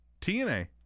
TNA